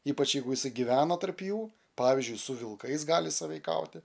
ypač jeigu jisai gyvena tarp jų pavyzdžiui su vilkais gali sąveikauti